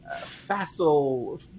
facile